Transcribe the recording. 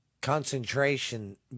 concentration